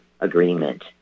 agreement